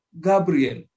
Gabriel